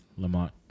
Lamont